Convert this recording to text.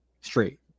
straight